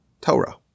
Torah